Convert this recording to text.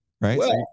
Right